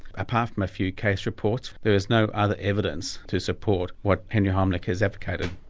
apart from a few case reports there is no other evidence to support what henry heimlich has advocated.